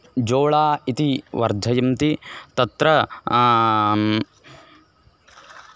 जोळा इति वर्धयन्ति तत्र